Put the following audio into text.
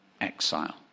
exile